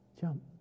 Jump